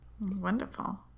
Wonderful